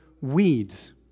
weeds